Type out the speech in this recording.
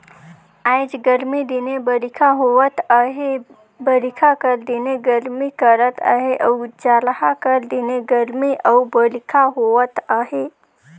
आएज गरमी दिने बरिखा होवत अहे बरिखा कर दिने गरमी करत अहे अउ जड़हा कर दिने गरमी अउ बरिखा होवत अहे